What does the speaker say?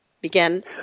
begin